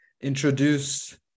introduce